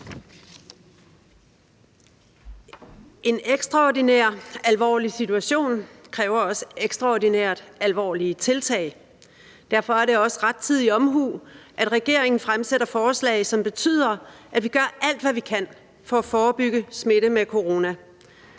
En ekstraordinær alvorlig situation kræver også ekstraordinær alvorlige tiltag. Derfor er det også rettidig omhu, at regeringen fremsætter forslag, som betyder, at vi gør alt, hvad vi kan, for at forebygge smitte med corona.